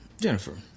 Jennifer